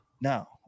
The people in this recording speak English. No